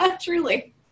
Truly